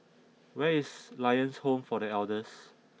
where is Lions Home for The Elders